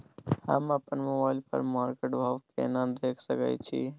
हम अपन मोबाइल पर मार्केट भाव केना देख सकै छिये?